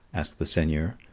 asked the seigneur.